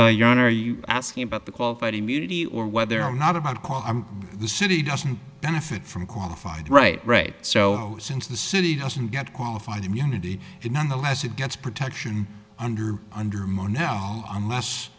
own are you asking about the qualified immunity or whether or not about all i'm the city doesn't benefit from qualified right right so since the city doesn't get qualified immunity it nonetheless it gets protection under under mo now unless